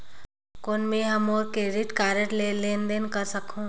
कौन मैं ह मोर क्रेडिट कारड ले लेनदेन कर सकहुं?